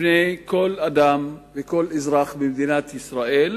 לפני כל אדם וכל אזרח במדינת ישראל